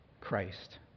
Christ